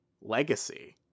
legacy